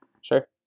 Sure